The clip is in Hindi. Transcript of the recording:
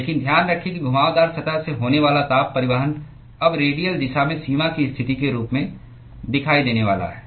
लेकिन ध्यान रखें कि घुमावदार सतह से होने वाला ताप परिवहन अब रेडियल दिशा में सीमा की स्थिति के रूप में दिखाई देने वाला है